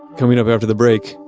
coming up after the break.